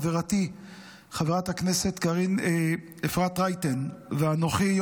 חברתי חברת הכנסת אפרת רייטן ואנוכי,